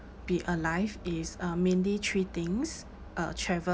be alive is uh mainly three things uh travel